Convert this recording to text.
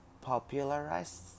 popularized